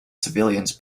civilians